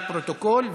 לפרוטוקול.